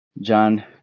John